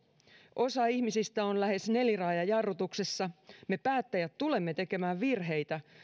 osa ihmisistä on lähes neliraajajarrutuksessa me päättäjät tulemme tekemään virheitä